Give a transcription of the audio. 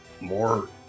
more